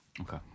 Okay